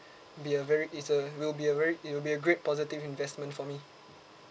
be a very it's a will be a very it'll be a great positive investment for me